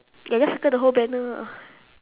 ya just circle the whole banner ah